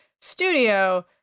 studio